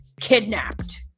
kidnapped